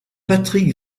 patrick